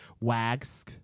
Wags